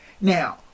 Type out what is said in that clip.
Now